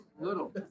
little